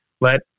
Let